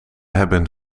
hebben